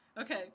Okay